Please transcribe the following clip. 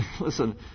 listen